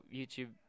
YouTube